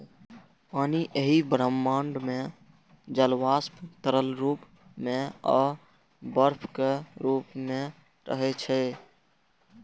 पानि एहि ब्रह्मांड मे जल वाष्प, तरल रूप मे आ बर्फक रूप मे रहै छै